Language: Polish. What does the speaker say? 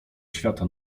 świata